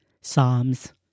Psalms